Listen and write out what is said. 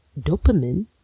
dopamine